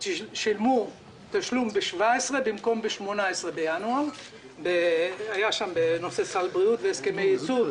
שילמו תשלום ב-2017 במקום בינואר 2018 בנושא סל בריאות והסכמי איזון,